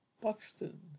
Buxton